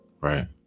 Right